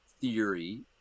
theory